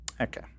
Okay